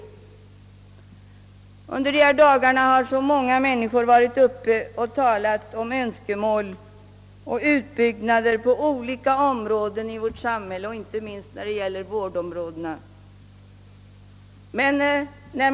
Under dessa dagar har så många framfört önskemål om utbyggnader på olika områden i vårt samhälle, inte minst på vårdområdena.